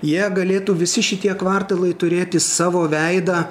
jie galėtų visi šitie kvartalai turėti savo veidą